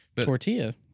Tortilla